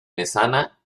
mesana